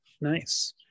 Nice